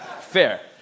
Fair